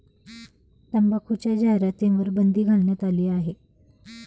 तंबाखूच्या जाहिरातींवर बंदी घालण्यात आली आहे